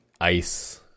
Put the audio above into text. Ice-